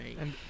Right